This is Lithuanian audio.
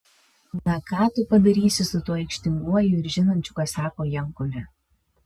na ką tu padarysi su tuo aikštinguoju ir žinančiu ką sako jankumi